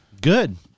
Good